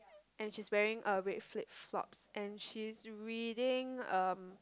and she is wearing a red flip flops and she is reading a